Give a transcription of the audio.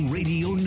Radio